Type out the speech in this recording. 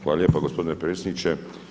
Hvala lijepa gospodine predsjedniče.